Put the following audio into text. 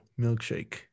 milkshake